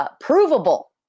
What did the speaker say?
Provable